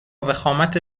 وخامت